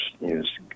use